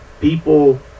people